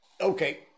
Okay